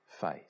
face